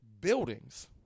buildings